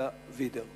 רבקה וידר.